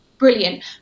Brilliant